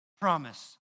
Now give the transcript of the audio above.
promise